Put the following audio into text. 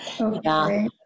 Okay